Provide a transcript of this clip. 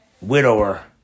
widower